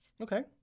Okay